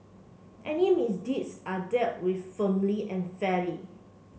any misdeeds are dealt with firmly and fairly